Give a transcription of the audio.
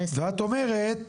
ואת אומרת,